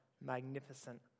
magnificent